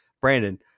brandon